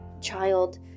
child